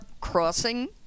crossing